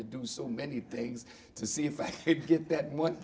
to do so many things to see if i get that mon